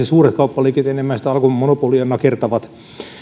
suuret kauppaliikkeet enemmän alkon monopolia nakertavat